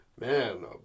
Man